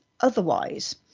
otherwise